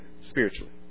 spiritually